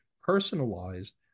personalized